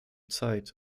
zeit